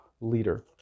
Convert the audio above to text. leader